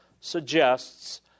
Suggests